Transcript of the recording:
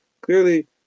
Clearly